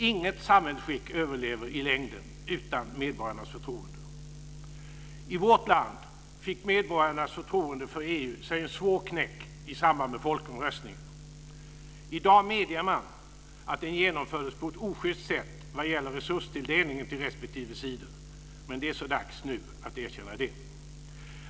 Inget samhällsskick överlever i längden utan medborgarnas förtroende. I vårt land fick medborgarnas förtroende för EU sig en svår knäck i samband med folkomröstningen. I dag medger man att den genomfördes på ett ojust sätt vad gäller resurstilldelningen till respektive sidor. Men det är så dags nu att erkänna det.